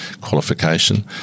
qualification